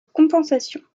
compensation